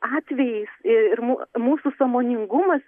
atvejais ir mūsų sąmoningumas